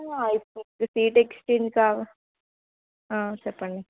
ఆ seat exchange కావ ఆ చెప్పండి